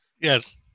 Yes